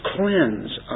cleanse